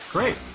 Great